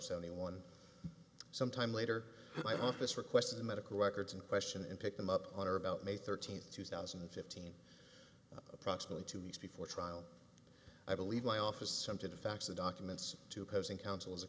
seventy one some time later my office requested the medical records in question and pick them up on or about may thirteenth two thousand and fifteen approximately two weeks before trial i believe my office something to fax the documents to opposing counsel as a